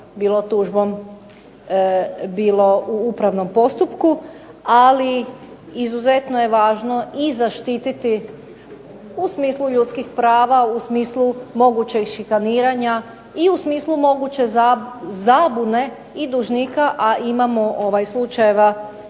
bilo tužbom, bilo u upravnom postupku, ali izuzetno je važno i zaštititi u smislu ljudskih prava, u smislu mogućeg šikaniranja, i u smislu moguće zabune i dužnika, a imamo slučajeva